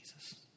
Jesus